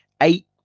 Eight